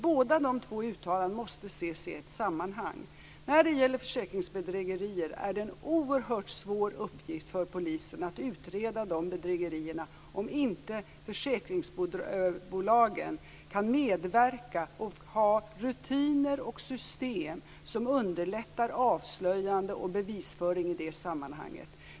Båda dessa uttalanden måste ses i ett sammanhang. När det gäller försäkringsbedrägerier är det en oerhört svår uppgift för polisen att utreda dessa bedrägerier om inte försäkringsbolagen kan medverka och ha rutiner och system som underlättar avslöjande och bevisförande i det sammanhanget.